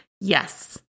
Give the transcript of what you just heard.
Yes